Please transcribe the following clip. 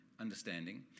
understanding